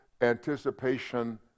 anticipation